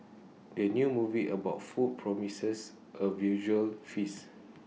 the new movie about food promises A visual feast